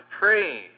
pray